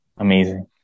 Amazing